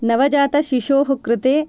नवजातशिशोः कृते